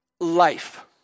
life